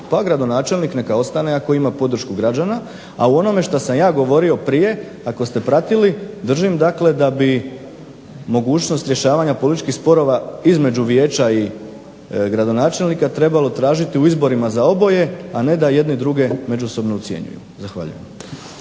pa gradonačelnik neka ostane ako ima podršku građana. A u onome što sam ja govorio prije ako ste pratili držim dakle da bi mogućnost rješavanja političkih sporova između Vijeća i gradonačelnika trebalo tražiti u izborima za oboje, a ne da jedni druge međusobno ucjenjuju. Zahvaljujem.